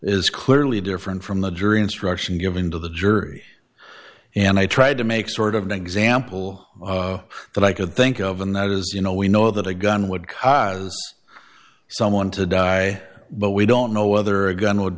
is clearly different from the jury instruction given to the jury and i tried to make sort of an example that i could think of and that is you know we know that a gun would someone to die but we don't know whether a gun would